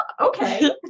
Okay